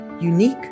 unique